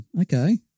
okay